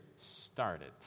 started